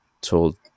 told